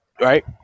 right